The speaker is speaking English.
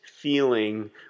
feeling